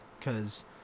Cause